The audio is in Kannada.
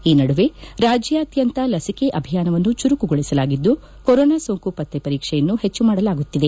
ಈ ನದುವೆ ರಾಜ್ಯಾಧ್ಯಂತ ಲಸಿಕೆ ಅಭಿಯಾನವನ್ನು ಚುರುಕುಗೊಳಿಸಲಾಗಿದ್ದು ಕೊರೋನಾ ಸೋಂಕು ಪತ್ತೆ ಪರೀಕ್ಷೆ ಹೆಚ್ಚು ಮಾಡಲಾಗುತ್ತಿದೆ